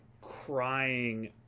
crying